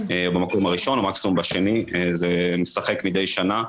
במקום בראשון או מקסימום בשני, זה משחק מדי שנה.